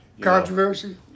Controversy